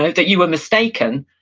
that you were mistaken,